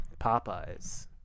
Popeyes